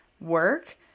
work